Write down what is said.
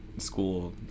school